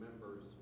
Members